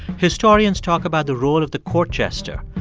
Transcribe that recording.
historians talk about the role of the court jester,